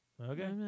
Okay